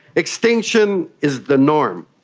extinction is the norm.